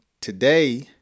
today